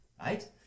Right